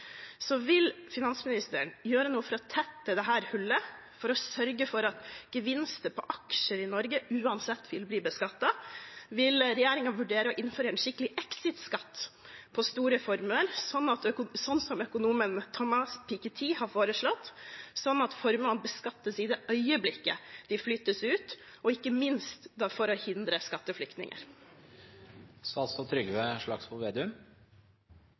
Vil finansministeren gjøre noe for å tette dette hullet, for å sørge for at gevinster på aksjer i Norge uansett vil bli beskattet? Vil regjeringen vurdere å innføre en skikkelig exitskatt på store formuer, sånn som økonomen Thomas Piketty har foreslått, slik at formuene beskattes i det øyeblikket de flyttes ut, og ikke minst for å hindre skatteflyktninger?